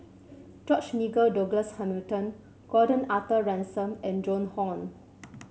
George Nigel Douglas Hamilton Gordon Arthur Ransome and Joan Hon